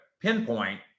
pinpoint